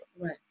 Right